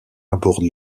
aborde